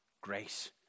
grace